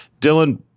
Dylan